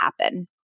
happen